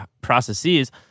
processes